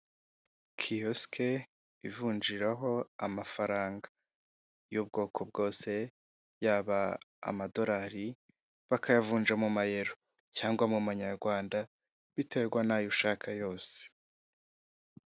Kiyosike ivunjiraho amafaranga y'ubwoko bwose yaba amadolari bakayavunja mu mayero cyangwa mu manyarwanda biterwa n'ayo ushaka yose.